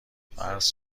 فرض